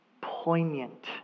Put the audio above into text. poignant